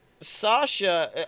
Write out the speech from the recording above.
Sasha